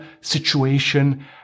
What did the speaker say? situation